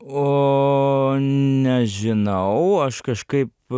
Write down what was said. o nežinau aš kažkaip